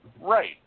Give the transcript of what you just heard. Right